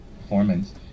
performance